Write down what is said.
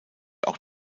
auch